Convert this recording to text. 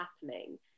happening